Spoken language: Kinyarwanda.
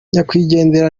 nyakwigendera